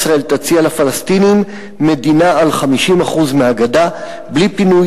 ישראל תציע לפלסטינים מדינה על 50% מהגדה בלי פינוי